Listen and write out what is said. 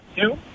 two